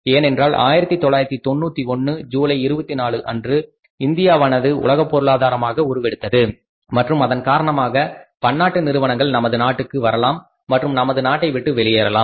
ஏனென்றால் 1991 ஜூலை 24 அன்று இந்தியாவானது உலகப் பொருளாதாரமாக உருவெடுத்தது மற்றும் அதன் காரணமாக பன்னாட்டு நிறுவனங்கள் நமது நாட்டுக்கு வரலாம் மற்றும் நமது நாட்டை விட்டு வெளியேறலாம்